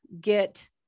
get